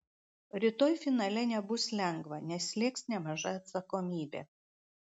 rytoj finale nebus lengva nes slėgs nemaža atsakomybė